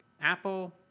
apple